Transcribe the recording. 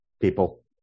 people